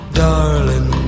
darling